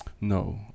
No